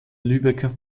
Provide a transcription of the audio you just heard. lübecker